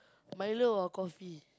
Milo or coffee